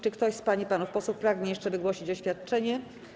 Czy ktoś z pań i panów posłów pragnie jeszcze wygłosić oświadczenie?